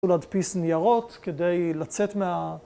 או להדפיס ניירות, כדי לצאת מה...